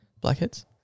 Blackheads